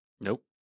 Nope